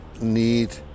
need